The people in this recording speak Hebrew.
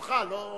מה הר-חומה,